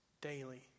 daily